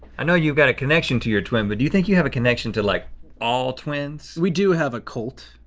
i know you've got a connection to your twin but do you think you have a connection to like all twins? we do have a cult,